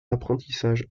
apprentissage